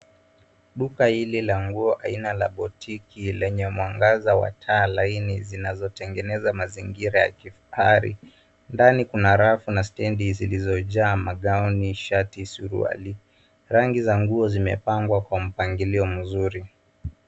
Duka hili la nguo aina la botiki lenye mwangaza wa taa laini zinazotengeneza mazingira ya kifahari, ndani kuna rafu na stendi zilizojaa magauni, shati, suruali . Rangi za nguo zimepangwa kwa mpangilio mzuri.